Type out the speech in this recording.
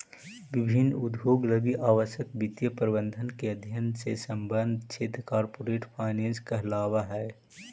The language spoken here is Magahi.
विभिन्न उद्योग लगी आवश्यक वित्तीय प्रबंधन के अध्ययन से संबद्ध क्षेत्र कॉरपोरेट फाइनेंस कहलावऽ हइ